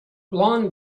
blond